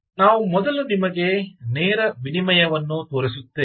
ಆದ್ದರಿಂದ ನಾವು ಮೊದಲು ನಿಮಗೆ ನೇರ ವಿನಿಮಯವನ್ನು ತೋರಿಸುತ್ತೇವೆ